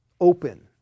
open